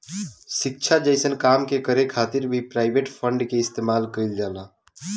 शिक्षा जइसन काम के करे खातिर भी प्राइवेट फंड के इस्तेमाल कईल जाला